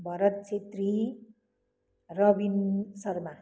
Bharat Chhetri Rabin Sharma